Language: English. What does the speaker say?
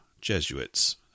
Jesuits